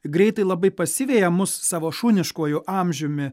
greitai labai pasiveja mus savo šuniškuoju amžiumi